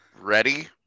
ready